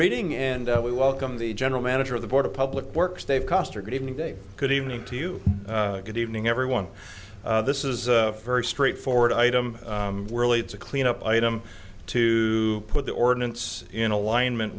reading and we welcome the general manager of the board of public works they've koester good evening dave good evening to you good evening everyone this is a very straightforward item we're lead to clean up item to put the ordinance in alignment